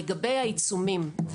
לגבי העיצומים שנגבים,